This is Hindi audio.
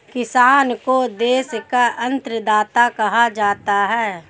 किसान को देश का अन्नदाता कहा जाता है